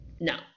no